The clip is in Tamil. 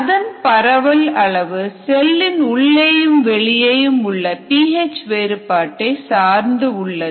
அதன் பரவல் அளவு செல்லின் உள்ளேயும் வெளியேயும் உள்ள பிஹெச் வேறுபாட்டை சார்ந்து உள்ளது